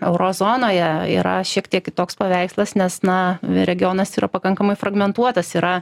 euro zonoje yra šiek tiek kitoks paveikslas nes na regionas yra pakankamai fragmentuotas yra